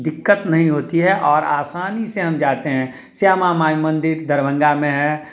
दिक्कत नहीं होती है और आसानी से हम जाते हैं श्यामा माई मंदिर दरभंगा में है